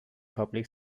public